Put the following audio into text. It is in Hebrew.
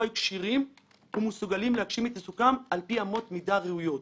יהיו כשירים ומסוגלים להגשים את עיסוקם על-פי אמות-מידה ראויות".